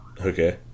Okay